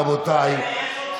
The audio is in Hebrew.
רבותיי,